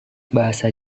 bahasa